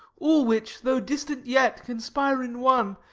all which, though distant yet, conspire in one,